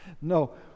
No